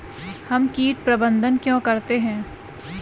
हम कीट प्रबंधन क्यों करते हैं?